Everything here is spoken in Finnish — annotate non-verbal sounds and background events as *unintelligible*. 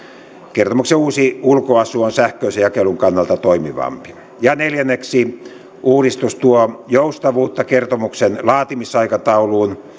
kertomuksen uusi ulkoasu on sähköisen jakelun kannalta toimivampi ja neljänneksi uudistus tuo joustavuutta kertomuksen laatimisaikatauluun *unintelligible*